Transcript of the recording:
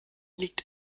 liegt